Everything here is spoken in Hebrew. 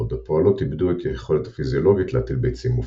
בעוד הפועלות איבדו את היכולת הפיזיולוגית להטיל ביצים מופרות.